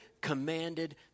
commanded